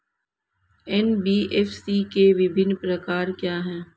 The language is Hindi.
एन.बी.एफ.सी के विभिन्न प्रकार क्या हैं?